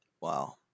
Wow